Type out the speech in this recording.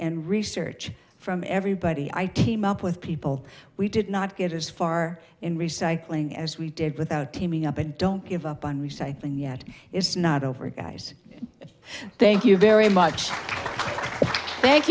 and research from everybody i came up with people we did not get as far in recycling as we did without teaming up and don't give up on me and yet it's not over guys thank you very much thank